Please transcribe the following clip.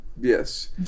Yes